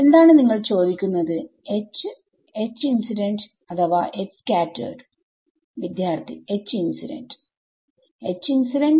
എന്താണ് നിങ്ങൾ ചോദിക്കുന്നത് H H ഇൻസിഡന്റ് അഥവാ H സ്കാറ്റെർഡ് വിദ്യാർത്ഥി H ഇൻസിഡന്റ് H ഇൻസിഡന്റ്